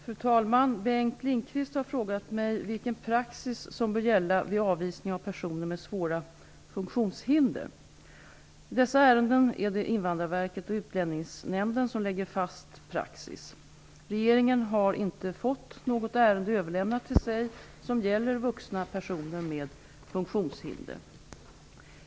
Fru talman! Bengt Lindqvist har frågat mig vilken praxis som bör gälla vid avvisning av personer med svåra funktionshinder. I dessa ärenden är det Invandrarverket och Utlänningsnämnden som lägger fast praxis. Regeringen har inte fått något ärende överlämnat till sig som gäller vuxna personer med funktionshinder.